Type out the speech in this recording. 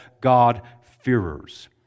God-fearers